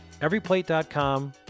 everyplate.com